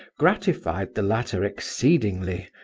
gratified the latter exceedingly,